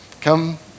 Come